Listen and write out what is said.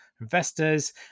investors